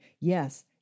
yes